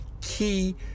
key